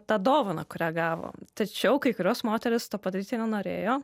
tą dovaną kurią gavo tačiau kai kurios moterys to padaryti nenorėjo